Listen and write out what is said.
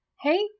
Hey